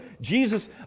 jesus